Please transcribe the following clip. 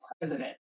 president